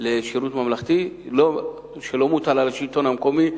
לשירות ממלכתי שלא מוטל על השלטון המקומי,